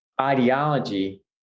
ideology